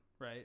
right